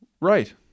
Right